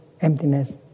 emptiness